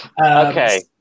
Okay